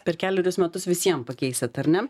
per kelerius metus visiem pakeisit ar ne